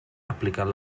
aplicant